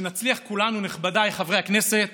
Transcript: שנצליח כולנו, נכבדיי חברי הכנסת,